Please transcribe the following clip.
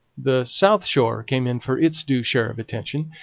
the south shore came in for its due share of attention,